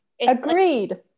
agreed